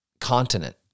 continent